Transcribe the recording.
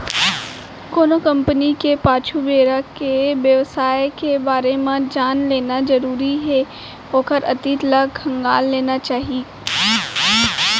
कोनो कंपनी के पाछू बेरा के बेवसाय के बारे म जान लेना जरुरी हे ओखर अतीत ल खंगाल लेना चाही